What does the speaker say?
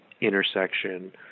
intersection